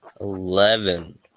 Eleven